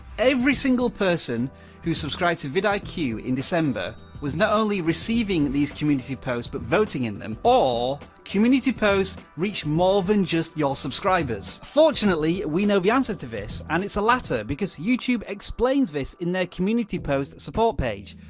every single person who subscribe to vidiq like in december, was not only receiving these community posts but voting in them, or community posts reached more than just your subscribers. fortunately, we know the answer to this and it's the latter, because youtube explains this in their community post support page.